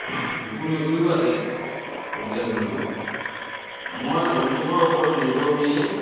কুকুৰ মেকুৰীও আছে এইবিলাক জন্তু মই জন্তুবোৰৰ উপৰত নিৰ্ভৰ কৰিয়েই